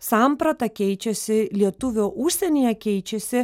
samprata keičiasi lietuvio užsienyje keičiasi